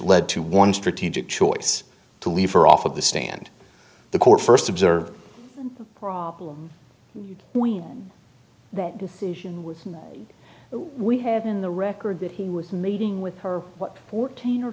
led to one strategic choice to leave her off of the stand the court first observed problems when that decision was made we have in the record that he was meeting with her what fourteen or